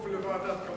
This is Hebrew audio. בכפוף לוועדת קבלה.